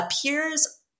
appears